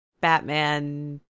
Batman